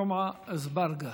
ג'מעה אזברגה,